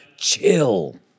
Chill